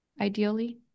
ideally